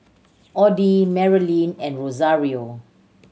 Oddie Merilyn and Rosario